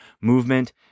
movement